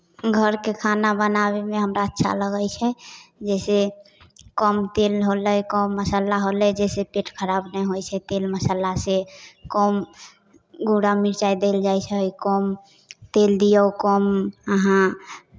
घरके खाना बनाबैमे हमरा अच्छा लगै छै जैसे कम तेल होलै कम मसाला होलै जाहिसँ पेट खराब नहि होइ छै तेल मसालासँ कम गोड़ा मिरचाइ देल जाइ छै कम तेल दियौ कम अहाँ